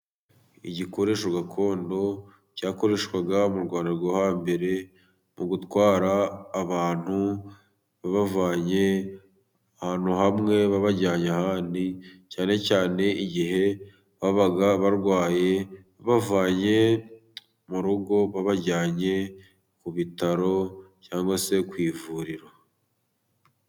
Igikoresho gakondo cyakoreshwaga mu Rwanda rwo hambere, mu gutwara abantu babavanye ahantu hamwe babajyanye ahandi, cyane cyane igihe babaga barwaye babavanye mu rugo babajyanye ku bitaro cyangwa se ku ivuriro.